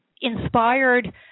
inspired